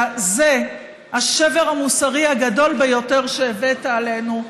זה השבר המוסרי הגדול ביותר שהבאת עלינו,